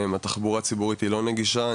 התחבורה הציבורית היא לא נגישה.